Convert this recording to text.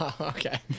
Okay